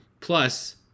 Plus